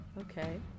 Okay